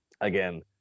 again